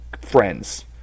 friends